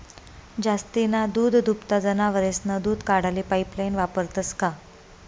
जास्तीना दूधदुभता जनावरेस्नं दूध काढाले पाइपलाइन वापरतंस का?